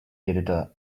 editor